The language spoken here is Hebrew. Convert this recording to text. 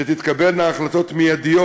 שתתקבלנה החלטות מיידיות.